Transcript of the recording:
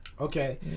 okay